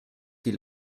die